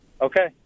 Okay